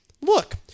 Look